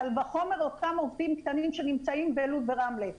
קל וחומר אותם עובדים קטנים שנמצאים בלוד ורמלה.